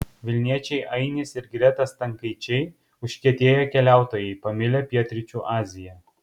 vilniečiai ainis ir greta stankaičiai užkietėję keliautojai pamilę pietryčių aziją